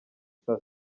saa